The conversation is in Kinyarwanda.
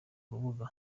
rubuga